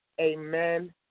Amen